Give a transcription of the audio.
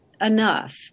enough